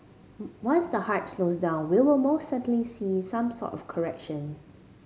once the hype slows down we will most certainly see some sort of correction